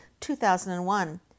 2001